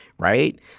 Right